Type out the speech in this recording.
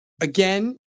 Again